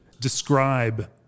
describe